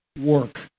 work